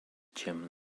jim